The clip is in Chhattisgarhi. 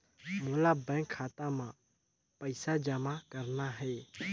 मोला बैंक खाता मां पइसा जमा करना हे?